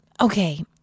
Okay